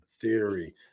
theory